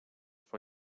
for